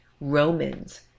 Romans